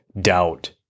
doubt